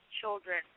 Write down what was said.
children